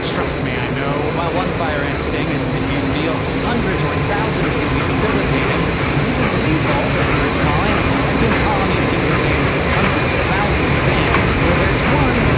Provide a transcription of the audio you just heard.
trust me, i know. while one fire ant sting isn't a huge deal, hundreds or thousands can be debilitating and even lethal, if you're a small animal. and since colonies can contain of hundreds of thousands of ants, where there's one,